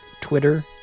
twitter